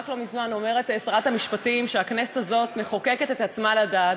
רק לא מזמן אומרת שרת המשפטים שהכנסת הזאת מחוקקת את עצמה לדעת,